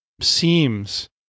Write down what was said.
seems